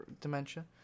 dementia